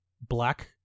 black